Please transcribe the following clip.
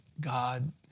God